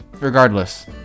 Regardless